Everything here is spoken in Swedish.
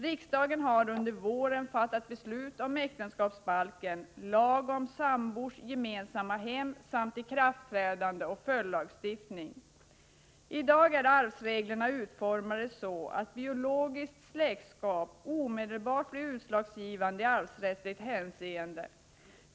Riksdagen har under våren fattat beslut om äktenskapsbalken, lag om sambors gemensamma hem samt om ikraftträdande och följdlagstiftning. I dag är arvsreglerna utformade så att biologiskt släktskap omedelbart blir utslagsgivande i arvsrättsligt hänseende.